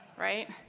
right